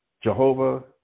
Jehovah